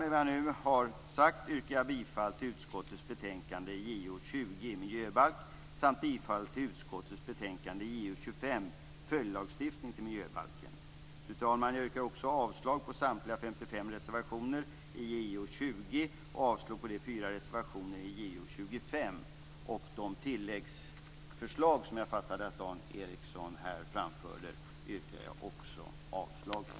Med det jag nu har sagt yrkar jag bifall till utskottets hemställan i betänkandena JoU20 Miljöbalk och JoU25 Följdlagstiftning till miljöbalken m.m. Jag yrkar också avslag på samtliga 55 reservationer till JoU20 och de 4 reservationerna till Ericsson här framförde yrkar jag också avslag på.